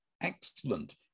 Excellent